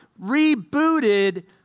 rebooted